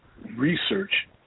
research